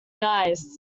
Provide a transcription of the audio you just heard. nice